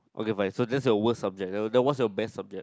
okay bye so that's your worst subject then what's your best subject